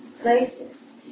places